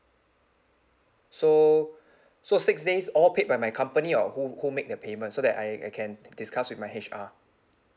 so so six days all paid by my company or who who make the payment so that I I can discuss with my H_R